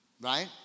Right